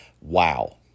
Wow